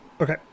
okay